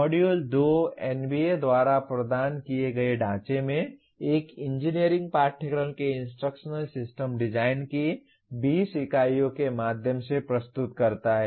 module 2 NBA द्वारा प्रदान किए गए ढांचे में एक इंजीनियरिंग पाठ्यक्रम के इंस्ट्रक्शनल सिस्टम डिज़ाइन की 20 इकाइयों के माध्यम से प्रस्तुत करता है